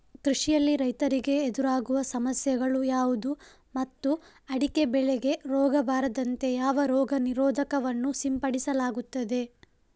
ಕೃಷಿಯಲ್ಲಿ ರೈತರಿಗೆ ಎದುರಾಗುವ ಸಮಸ್ಯೆಗಳು ಯಾವುದು ಮತ್ತು ಅಡಿಕೆ ಬೆಳೆಗೆ ರೋಗ ಬಾರದಂತೆ ಯಾವ ರೋಗ ನಿರೋಧಕ ವನ್ನು ಸಿಂಪಡಿಸಲಾಗುತ್ತದೆ?